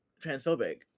transphobic